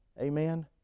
amen